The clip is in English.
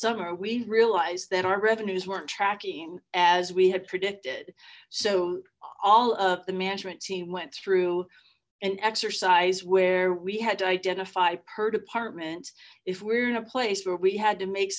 summer we realized that our revenues weren't tracking as we had predicted so all of the management team went through an exercise where we had to identify per department if we're in a place where we had to make